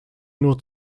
nur